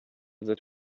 that